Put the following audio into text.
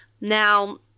Now